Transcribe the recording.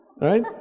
right